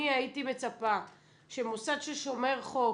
אני הייתי מצפה שמוסד ששומר חוק,